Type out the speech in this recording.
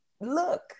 look